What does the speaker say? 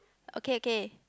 okay okay